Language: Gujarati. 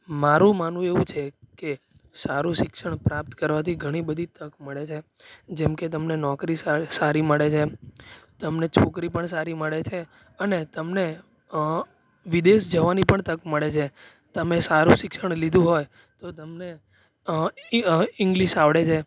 મારું માનવું એવું છે કે સારું શિક્ષણ પ્રાપ્ત કરવાથી ઘણી બધી તક મળે છે જેમ કે તમને નોકરી સારી મળે છે તમને છોકરી પણ સારી મળે છે અને તમને વિદેશ જવાની પણ તક મળે છે તમે સારું શિક્ષણ લીધું હોય તો તમને એ ઇંગ્લિશ આવડે છે